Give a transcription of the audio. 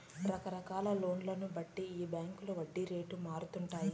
రకరకాల లోన్లను బట్టి ఈ బాంకీల వడ్డీ రేట్లు మారతండాయి